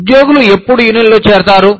ఉద్యోగులు ఎప్పుడు యూనియన్లలో చేరతారు